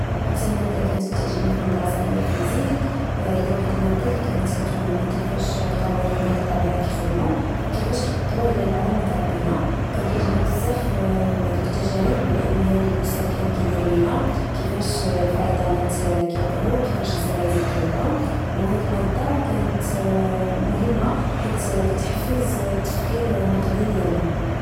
أكتر مادة كانت كتعجبني في المدرسة هي الفيزيك، هي واحد المادة لكانت كتورينا كيفاش القوانين ديال الطبيعة كخدمو، وكفاش كأترو على العالم اللي داير بنا. كان كيعجبني بزاف هادوك التجارب العملية للأستاد كان كدير لنا، كفاش الفيضانات كوقعو، وكفاش الزلازل كوقعو. وهاد المادة كانت مهمة، حيث كتحف التفكير النقدي ديالنا.